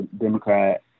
Democrat